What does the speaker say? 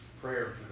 prayer